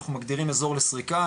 אנחנו מגדירים אזור לסריקה,